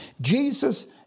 Jesus